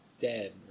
dead